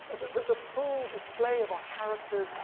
the full display of our characters,